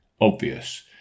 obvious